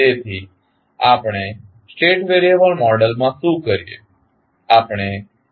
તેથી આપણે state variable મોડેલમાં શું કરીએ